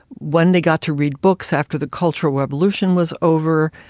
when they got to read books after the cultural revolution was over,